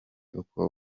uko